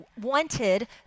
wanted